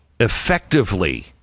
Effectively